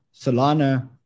Solana